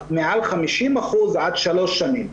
מעל 50% עד שלוש שנים.